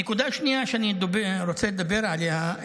נקודה שנייה שאני רוצה לדבר עליה,